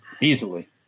easily